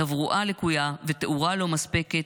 תברואה לקויה ותאורה לא מספקת.